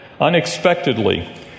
unexpectedly